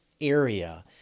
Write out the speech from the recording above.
area